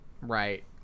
right